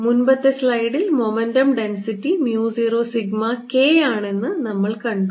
മുൻപത്തെ സ്ലൈഡിൽ momentum density mu 0 sigma K ആണെന്ന് നമ്മൾ കണ്ടു